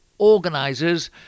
Organisers